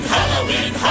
Halloween